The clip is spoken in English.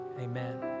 amen